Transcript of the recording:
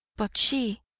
but she!